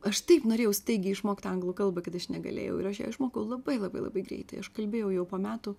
aš taip norėjau staigiai išmokt anglų kalbą kad aš negalėjau ir aš ją išmokau labai labai labai greitai aš kalbėjau jau po metų